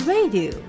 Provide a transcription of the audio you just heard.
Radio